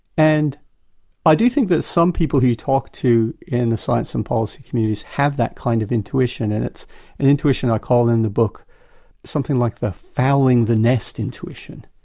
and i do think that some people you talk to in the science and policy communities have that kind of intuition. and it's an intuition i call in the book something like the fouling the nest intuition.